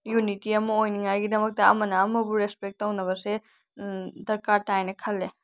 unity ꯑꯃ ꯑꯣꯏꯅꯤꯉꯥꯏꯒꯤꯗꯃꯛꯇ ꯑꯃꯅ ꯑꯝꯕꯨ ꯔꯦꯁꯄꯦꯛ ꯇꯧꯅꯕꯁꯦ ꯗꯔꯀꯥꯔ ꯇꯥꯏꯌꯦꯅ ꯈꯜꯂꯦ